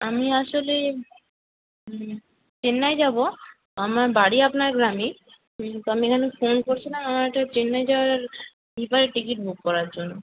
আমি আসলে চেন্নাই যাব আমার বাড়ি আপনার গ্রামেই তো আমি এখানে ফোন করেছিলাম আমার একটা চেন্নাই যাওয়ার স্লিপারে টিকিট বুক করার জন্য